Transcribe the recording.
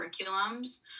curriculums